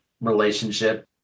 relationship